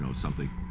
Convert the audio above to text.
so something.